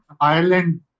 Ireland